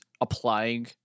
applying